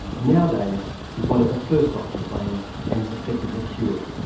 nowdays, he's one of the first off the plane and is effectively cured.